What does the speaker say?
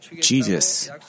Jesus